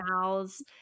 mouths